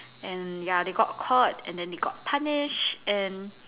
and ya they got caught and then they got punished and